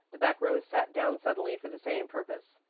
the back rows sat down suddenly for the same purpose.